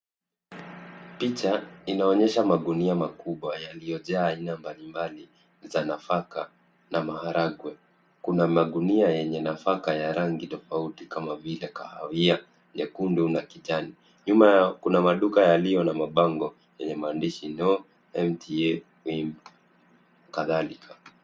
Picha inaonyesha magunia makubwa yaliyojaa aina mbalimbali za nafaka na maharagwe. Kuna magunia yenye nafaka ya rangi tofauti kama vile kahawia, nyekundu, na kijani. Nyuma yao kuna maduka yaliyo na mabango yenye maandishi no entry na kadhalika.